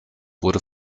wurde